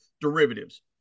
derivatives